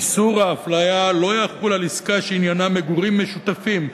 איסור ההפליה לא יחול על עסקה שעניינה מגורים משותפים,